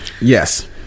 Yes